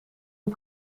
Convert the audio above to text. een